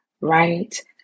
right